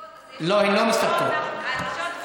הן מסתפקות, אז יש, לא.